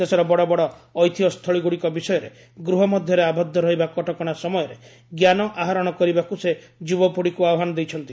ଦେଶର ବଡବଡ ଐତିହ୍ୟସ୍ଥଳୀଗୁଡ଼ିକ ବିଷୟରେ ଗୃହମଧ୍ୟରେ ଆବଦ୍ଧ ରହିବା କଟକଣା ସମୟରେ ଜ୍ଞାନ ଆହରଣ କରିବାକୁ ସେ ଯୁବପିତ୍ନୀଙ୍କୁ ଆହ୍ୱାନ ଦେଇଛନ୍ତି